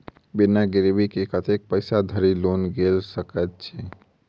बिना गिरबी केँ हम कतेक पैसा धरि लोन गेल सकैत छी?